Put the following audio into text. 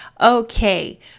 okay